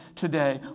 today